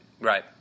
Right